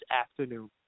afternoon